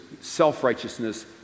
self-righteousness